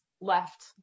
left